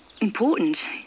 important